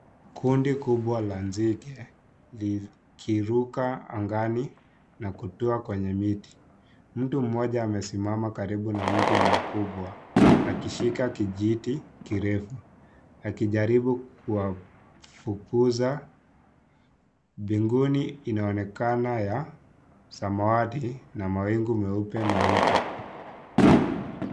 Kundi kubwa la nzige, likiruka angani na kutua kwenye miti. Mtu mmoja amesimama karibu na mti mkubwa, akishika kijiti kirefu, akijaribu kuwafukuza. Binguni inaonekana ya samawati na mawingu meupe meupe.